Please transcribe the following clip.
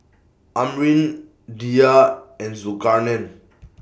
Amrin Dhia and Zulkarnain